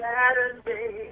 Saturday